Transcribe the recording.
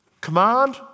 Command